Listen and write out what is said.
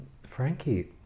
Frankie